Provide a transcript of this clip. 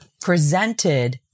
presented